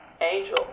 Angel